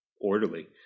orderly